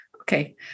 Okay